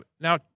Now